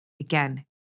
again